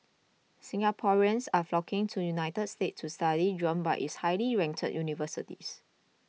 Singaporeans are flocking to United States to study drawn by its highly ranked universities